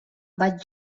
vaig